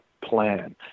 plan